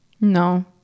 No